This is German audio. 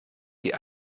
die